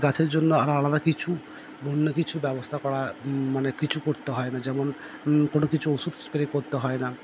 গাছের জন্য আর আলাদা কিছু অন্য কিছু ব্যবস্থা করার মানে কিছু করতে হয় না যেমন কোনো কিছু ওষুধ স্প্রে করতে হয় না